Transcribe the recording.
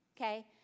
Okay